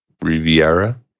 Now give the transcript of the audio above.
Riviera